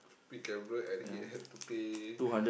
speed camera and he had to pay